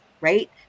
right